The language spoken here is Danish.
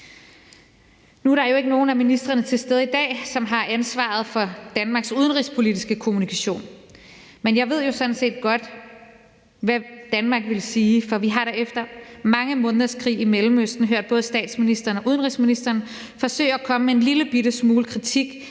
Nu er der jo ikke nogen af ministrene til stede i dag, som har ansvaret for Danmarks udenrigspolitiske kommunikation, men jeg ved jo sådan set godt, hvad Danmark vil sige, for vi har da efter mange måneders krig i Mellemøsten hørt både statsministeren og udenrigsministeren forsøge at komme med en lillebitte smule kritik